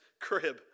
Crib